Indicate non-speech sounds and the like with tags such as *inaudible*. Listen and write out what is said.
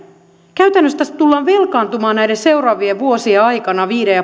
käytännössä tässä tullaan velkaantumaan näiden seuraavien vuosien aikana viiden *unintelligible*